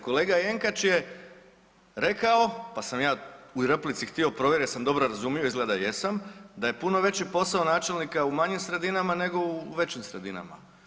Kolega Jenkač je rekao, pa sam ja u replici htio provjeriti jesam li dobro razumio, izgleda da jesam, da je puno veći posao načelnika u manjim sredinama nego u većim sredinama.